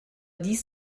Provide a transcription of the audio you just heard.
dies